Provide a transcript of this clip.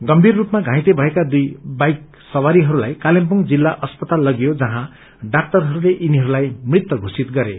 गंभीर पाइते भएका दुई बाइक सवारीहस्लाई कालेबुङ जिल्ला अस्पताल लगियो जहाँ डाक्टरहरूले यिनीहरूलाई मृत योषित गरे